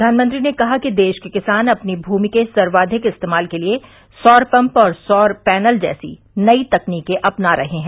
प्रधानमंत्री ने कहा कि देश के किसान अपनी भूमि के सर्वाधिक इस्तेमाल के लिए सौर पम्प और ॅसौर पैनल जैसी नई तकनीकें अपना रहे हैं